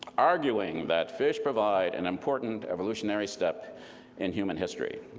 arguing that fish provide an important evolutionary step in human history.